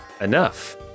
enough